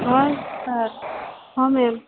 ହଁ ସାର୍ ହଁ ମ୍ୟାମ୍